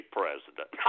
president